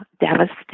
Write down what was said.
devastating